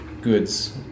goods